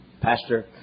Pastor